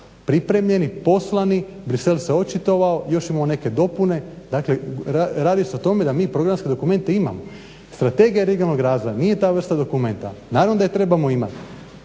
pripremljeni, poslani, Bruxelles se očitovao, još imamo neke dopune, dakle radi se o tome da mi programske dokumente imamo. Strategija regionalnog razvoja nije ta vrsta dokumenta. Naravno da je trebamo imat,